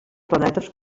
planetes